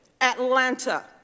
Atlanta